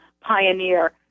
pioneer